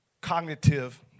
Cognitive